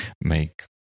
make